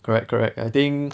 correct correct I think